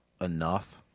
enough